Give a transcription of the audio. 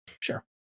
Sure